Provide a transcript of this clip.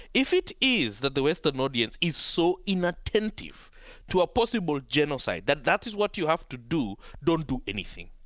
if it is that the western audience is so inattentive to a possible genocide that that is what you have to do, don't do anything.